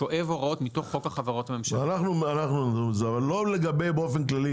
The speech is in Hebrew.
לא, לא, בכלל,